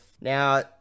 Now